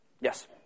Yes